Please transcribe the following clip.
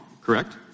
correct